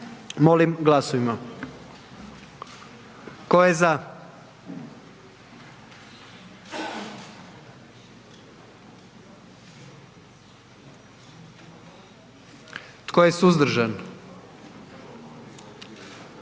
molim glasujmo. Tko je za? Hvala. Tko je suzdržan?